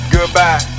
Goodbye